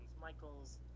Michaels